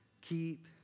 keep